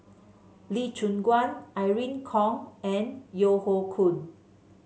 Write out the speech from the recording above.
Lee Choon Guan Irene Khong and Yeo Hoe Koon